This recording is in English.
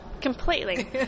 completely